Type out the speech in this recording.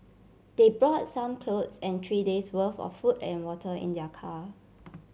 they brought some clothes and three days' worth of food and water in their car